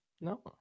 No